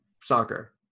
soccer